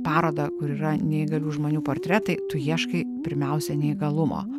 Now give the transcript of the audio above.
parodą kur yra neįgalių žmonių portretai tu ieškai pirmiausia neįgalumo